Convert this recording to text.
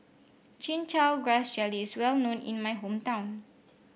Chin Chow Grass Jelly is well known in my hometown